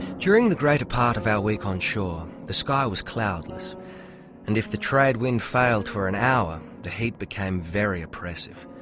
during the greater part of our week on shore the sky was cloudless and if the trade wind failed for an hour the heat became very oppressive.